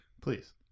Please